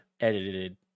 edited